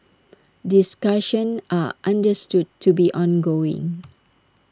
discussions are understood to be ongoing